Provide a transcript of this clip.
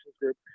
group